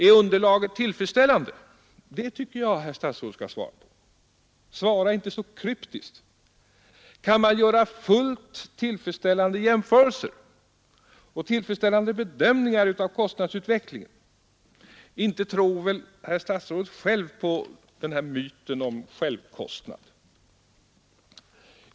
Är underlaget tillfredsställande? Det tycker jag att herr statsrådet skall svara på. Svara inte så kryptiskt. Kan man göra fullt tillfredsställande jämförelser och tillfredsställande bedömningar av kostnadsutvecklingen? Inte tror väl herr statsrådet själv på den här myten om självkostnad?